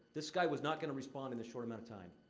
this guy was not gonna respond in this short amount of time.